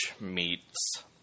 meets